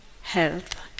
health